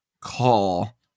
call